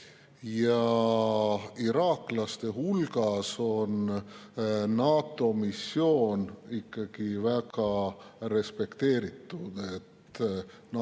Iraaklaste hulgas on NATO missioon ikkagi väga respekteeritud,